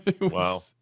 wow